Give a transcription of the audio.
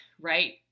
right